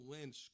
Lynch